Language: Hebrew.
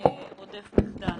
רודף מחדל.